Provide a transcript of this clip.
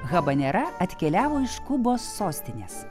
habanera atkeliavo iš kubos sostinės